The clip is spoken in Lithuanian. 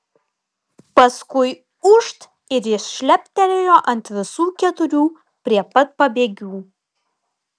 paskui ūžt ir jis šleptelėjo ant visų keturių prie pat pabėgių